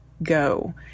go